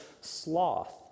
sloth